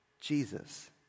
Jesus